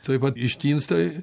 tuoj pat ištinsta